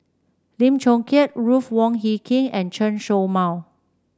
Lim Chong Keat Ruth Wong Hie King and Chen Show Mao